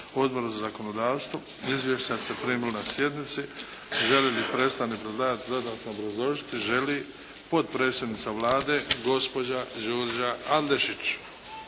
Odbor za zakonodavstvo. Izvješća ste primili na sjednici. Želi li predstavnik predlagatelja dodatno obrazložiti? Želi. Potpredsjednica Vlade gospođa Đurđa Adlešić.